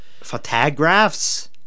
Photographs